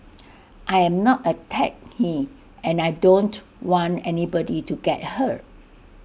I am not A techie and I don't want anybody to get hurt